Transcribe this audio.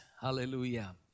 Hallelujah